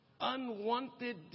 unwanted